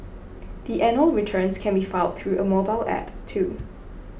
the annual returns can be filed through a mobile app too